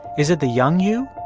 is it the young you,